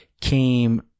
came